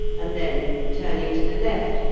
and then, turning to the left,